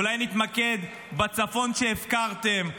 אולי נתמקד בצפון שהפקרתם?